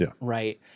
right